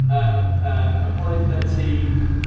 ah apollo thirteen.